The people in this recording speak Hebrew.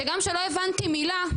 שגם שלא הבנתי מילה,